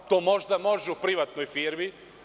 To možda može u privatnoj firmi.